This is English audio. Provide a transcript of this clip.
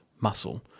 muscle –